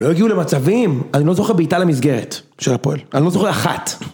לא הגיעו למצבים, אני לא זוכר ביטה למסגרת. של הפועל. אני לא זוכר אחת.